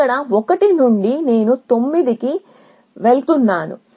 ఇక్కడ 1 నుండి నేను 9 కి వెళుతున్నాను